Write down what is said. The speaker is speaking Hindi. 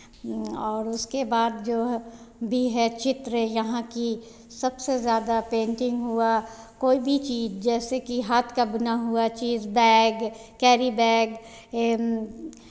और उसके बाद जो है भी है चित्र यहाँ की सबसे ज़्यादा पेन्टिंग हुआ कोई भी चीज़ जैसे कि हाथ का बुना हुआ चीज़ बैग कैरी बैग ये